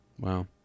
Wow